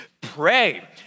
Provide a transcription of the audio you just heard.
pray